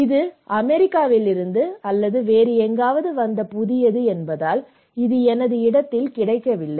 இது அமெரிக்காவிலிருந்து அல்லது வேறு எங்காவது வந்த புதியது என்பதால் இது எனது இடத்தில் கிடைக்கவில்லை